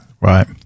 Right